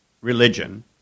religion